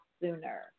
sooner